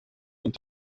und